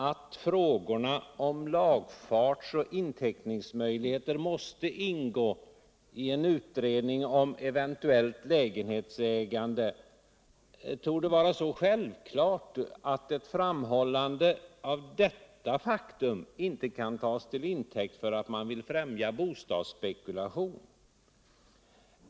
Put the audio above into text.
Alt frågorna om lagfarts och inteckningsmöjligheter måste ingå i en utredning om eventuellt lägenhetsägande torde vara så självklart, att ett Iramhållande av detta faktum inte kan tas till intäkt för att man vill främja bostadsspekulation.